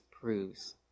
proves